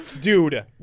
Dude